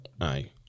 aye